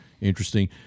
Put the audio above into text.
interesting